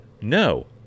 No